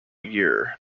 year